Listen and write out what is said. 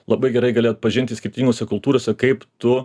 labai gerai gali atpažinti skirtingose kultūrose kaip tu